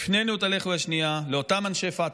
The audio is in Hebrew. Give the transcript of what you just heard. הפנינו את הלחי השנייה לאותם אנשי פתח,